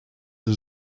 the